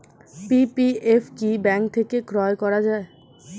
PPF কি bank থেকে ক্রয় করা যায়?